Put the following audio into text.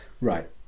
Right